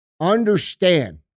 understand